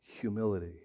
humility